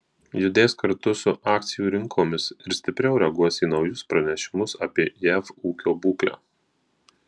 judės kartu su akcijų rinkomis ir stipriau reaguos į naujus pranešimus apie jav ūkio būklę